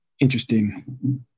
interesting